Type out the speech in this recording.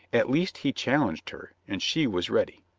at least he challenged her, and she was ready.